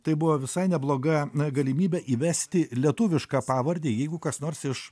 tai buvo visai nebloga galimybė įvesti lietuvišką pavardę jeigu kas nors iš